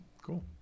Cool